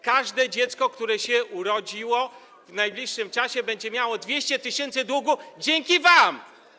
Każde dziecko, które się urodziło, w najbliższym czasie będzie miało 200 tys. długu dzięki wam.